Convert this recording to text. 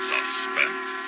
Suspense